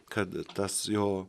kad tas jo